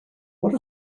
what